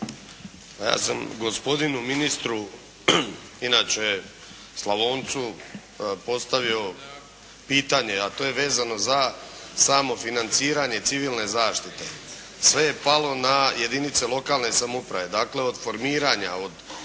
Ja sam gospodinu ministru, inače Slavoncu, postavio pitanje, a to je vezano za samo financiranje civilne zaštite. Sve je palo na jedinice lokalne samouprave, dakle od formiranja